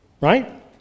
right